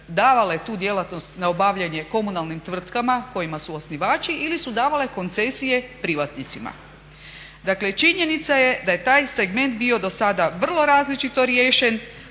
davale tu djelatnost na obavljanje komunalnim tvrtkama kojima su osnivači ili su davale koncesije privatnicima. Dakle činjenica je da je taj segment bio do sada vrlo različito riješen